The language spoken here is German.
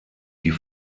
die